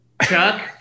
Chuck